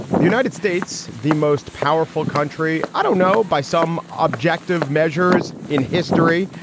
the united states, the most powerful country, i don't know by some objective measures in history.